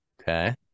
Okay